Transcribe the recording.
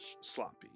sloppy